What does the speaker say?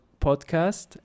podcast